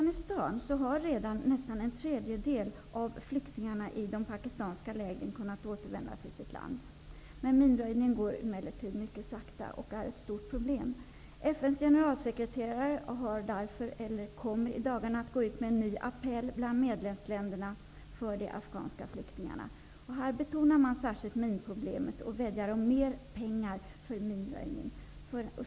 Nästan en tredjedel av flyktingarna i de pakistanska lägren har redan kunnat återvända till sitt land, Afghanistan. Minröjningen går emellertid mycket sakta och är ett stort problem. FN:s generalsekreterare kommer därför i dagarna att gå ut med en ny appell bland medlemsländerna för de afghanska flyktingarna. Här betonar man särskilt minproblemet och vädjar om mer pengar för minröjning.